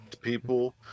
people